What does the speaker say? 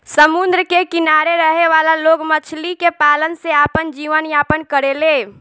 समुंद्र के किनारे रहे वाला लोग मछली के पालन से आपन जीवन यापन करेले